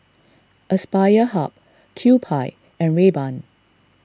Aspire Hub Kewpie and Rayban